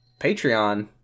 Patreon